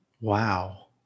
Wow